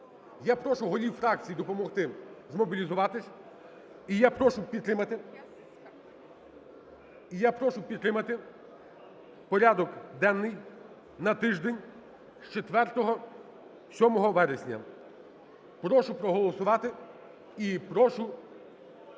Я прошу голів фракцій допомогти змобілізуватись. І я прошу підтримати порядок денний на тиждень з 4 по 7 вересня. Прошу проголосувати і прошу